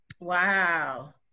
Wow